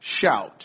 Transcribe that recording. shout